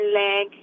leg